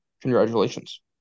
congratulations